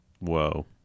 Whoa